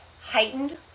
heightened